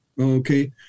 Okay